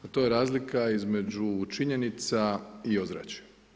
To je razlika između činjenica i ozračja.